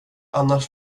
annars